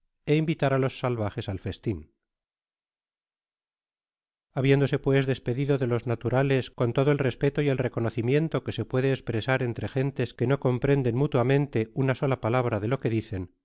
e invitar á los salvajes al f'stin habiéndose pues despedido de los naturales con ludo el respeto y el reconocimiento que se puede espresar entre gentes que no comprenden mutuamente una sola p ilabra de lo que dicen